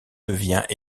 devient